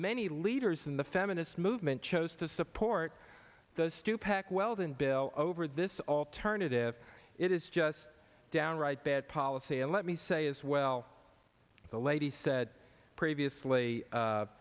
many leaders in the feminist movement chose to support the stupak weldon bill over this alternative it is just downright bad policy and let me say as well the lady said previously